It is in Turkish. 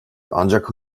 ancak